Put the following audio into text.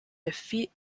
defeat